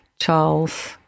charles